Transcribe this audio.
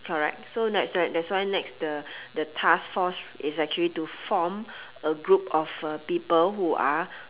correct so next right that's why next the the task force is actually to form a group of uh people who are